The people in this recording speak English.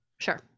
sure